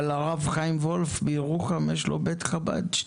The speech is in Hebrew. אבל הרב חיים וולף בירוחם יש לו בית חב"ד.